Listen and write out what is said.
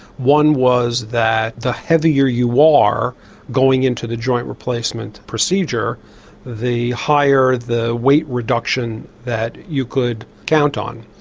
one was that the heavier you are going into the joint replacement procedure the higher the weight reduction that you could count on.